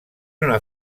una